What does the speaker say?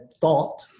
thought